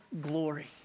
glory